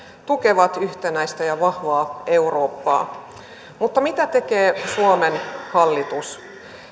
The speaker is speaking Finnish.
tukevat yhtenäistä ja vahvaa eurooppaa mutta mitä tekee suomen hallitus